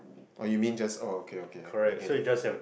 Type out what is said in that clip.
or you mean just oh okay okay I get it